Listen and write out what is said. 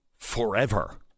forever